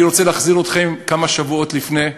אני רוצה להחזיר אתכם כמה שבועות לפני,